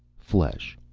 flesh.